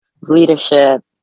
leadership